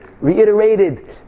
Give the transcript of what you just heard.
reiterated